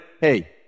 Hey